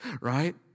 right